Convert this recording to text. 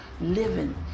living